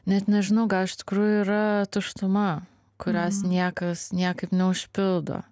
net nežinau gal iš tikrųjų yra tuštuma kurios niekas niekaip neužpildo